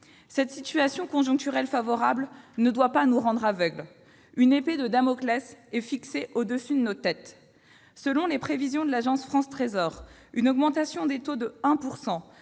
Cette situation conjoncturelle favorable ne doit pas nous rendre aveugles : une épée de Damoclès est suspendue au-dessus de nos têtes ! Selon les prévisions de l'Agence France Trésor, une augmentation des taux de 1